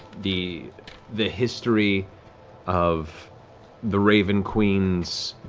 the the history of the raven queen's